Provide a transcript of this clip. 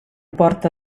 porta